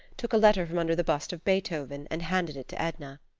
took a letter from under the bust of beethoven and handed it to edna.